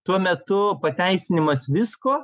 tuo metu pateisinimas visko